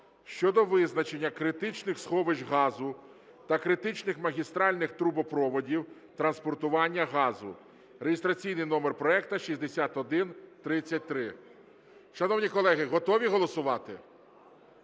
щодо визначення критичних сховищ газу та критичних магістральних трубопроводів транспортування газу (реєстраційний номер проекту 6133). Шановні колеги, готові голосувати?